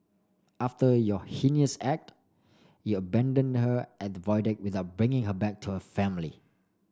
after your heinous act you abandoned her at the Void Deck without bringing her back to her family